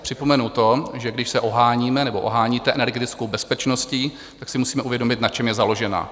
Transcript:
Připomenu to, že když se oháníme nebo oháníte energetickou bezpečností, tak si musíme uvědomit, na čem je založená.